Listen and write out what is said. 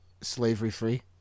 slavery-free